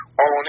on